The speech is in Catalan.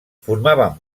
formaven